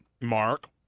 Mark